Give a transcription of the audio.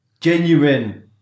genuine